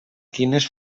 quines